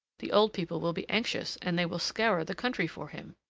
the old people will be anxious, and they will scour the country for him.